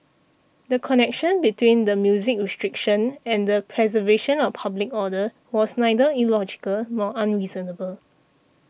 the connection between the music restriction and the preservation of public order was neither illogical nor unreasonable